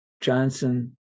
Johnson